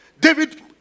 David